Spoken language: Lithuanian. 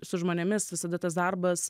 su žmonėmis visada tas darbas